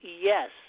yes